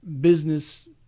business